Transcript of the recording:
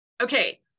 Okay